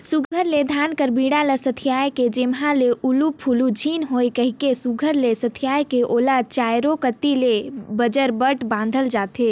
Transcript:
सुग्घर ले धान कर बीड़ा ल सथियाए के जेम्हे बगरा उलु फुलु झिन होए कहिके सुघर ले सथियाए के ओला चाएरो कती ले बजरबट बाधल जाथे